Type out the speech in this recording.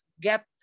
get